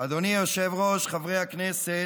אדוני היושב-ראש, חברי הכנסת,